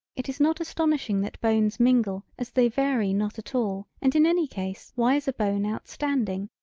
it is not astonishing that bones mingle as they vary not at all and in any case why is a bone outstanding,